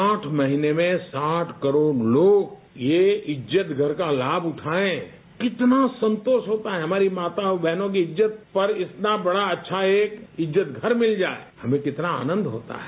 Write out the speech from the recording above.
साठ महीने में साठ करोड़ लोग ये इज्जतघर का लाभ उठाये कितना संतोष होता है हमारी माताओं और बहनों की इज्जतघर इतना बड़ा अच्छा एक इज्जतघर मिल जाये यह कितना आनंद होता है